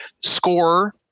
score